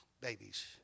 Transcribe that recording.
babies